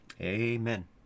Amen